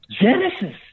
Genesis